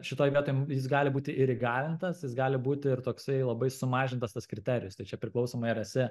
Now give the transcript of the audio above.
šitoj vietoj jis gali būti ir įgalintas jis gali būti ir toksai labai sumažintas tas kriterijus tai čia priklausomai ar esi